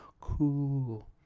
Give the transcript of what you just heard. Cool